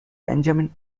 benjamin